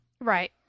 Right